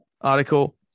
article